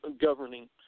governing